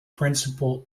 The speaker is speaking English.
principal